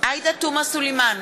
עאידה תומא סלימאן,